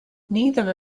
neither